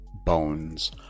bones